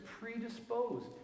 predisposed